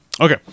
okay